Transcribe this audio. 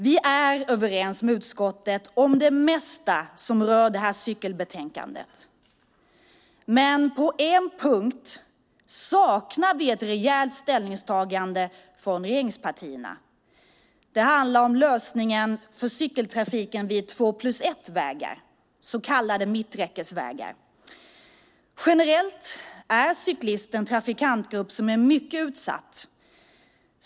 Vi är överens med utskottet om det mesta som rör det här cykelbetänkandet, men på en punkt saknar vi ett rejält ställningstagande från regeringspartierna. Det handlar om lösningen för cykeltrafiken vid två-plus-ett-vägar, så kallade mitträckesvägar. Generellt är cyklister en trafikantgrupp som är mycket utsatt.